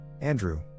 Andrew